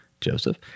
Joseph